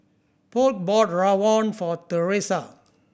Polk bought rawon for Teressa